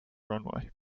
runway